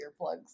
earplugs